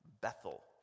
Bethel